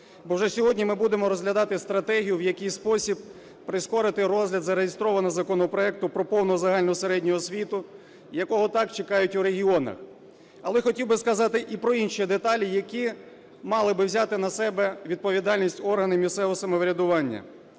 бо вже сьогодні ми будемо розглядати стратегію, в який спосіб прискорити розгляд зареєстрованого законопроекту про повну загальну середню освіту, якого так чекають у регіонах. Але хотів би сказати і про інші деталі, які мали би взяти на себе відповідальність органи місцевого самоврядування.